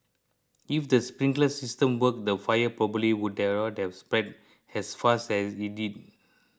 if the sprinkler system worked the fire probably would have spread as fast as it did